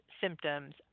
symptoms